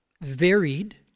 varied